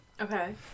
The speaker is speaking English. Okay